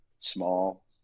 small